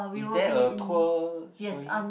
is there a tour showing